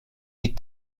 die